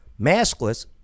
maskless